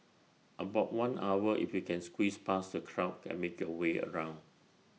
about one hour if you can squeeze past the crowd and make your way around